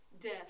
death